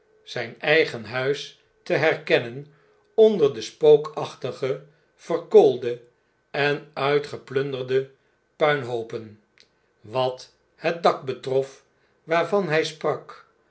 z'n'n eigen huis te herkennen onder de spookachtige verkoolde en uitgeplunderde puinhooperi wat het dak betrof waarvan hjj sprak